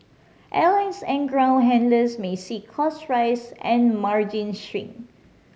airlines and ground handlers may see costs rise and margins shrink